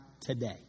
today